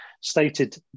stated